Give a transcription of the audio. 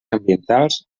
ambientals